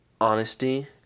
Honesty